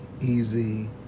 easy